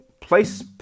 place